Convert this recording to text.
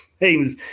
names